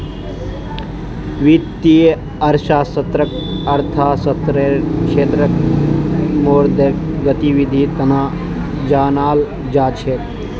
वित्तीय अर्थशास्त्ररक अर्थशास्त्ररेर क्षेत्रत मौद्रिक गतिविधीर तना जानाल जा छेक